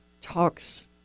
talks